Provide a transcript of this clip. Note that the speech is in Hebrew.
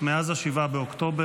מאז 7 באוקטובר.